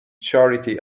charity